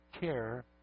care